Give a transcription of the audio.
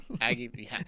Aggie